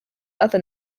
other